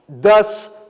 Thus